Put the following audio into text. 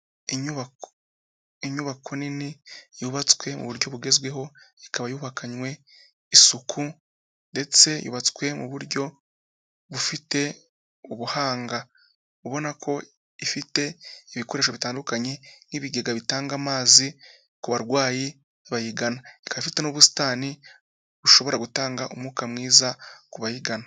Inyubako. Inyubako nini yubatswe mu buryo bugezweho ikaba yubakanywe isuku ndetse yubatswe mu buryo bufite ubuhanga. Ubona ko ifite ibikoresho bitandukanye nk'ibigega bitanga amazi ku barwayi bayigana. Ikaba ifite n'ubusitani bushobora gutanga umwuka mwiza ku bayigana.